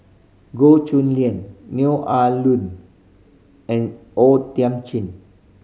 Goh Chu Lian Neo Ah Luan and O Thiam Chin